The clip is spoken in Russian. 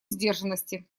сдержанности